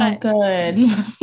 good